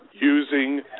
using